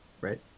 right